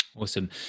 Awesome